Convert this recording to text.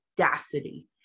audacity